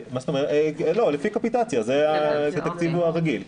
לפי קפיטציה, זה התקציב הרגיל.